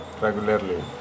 regularly